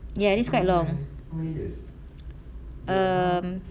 ya this quite long um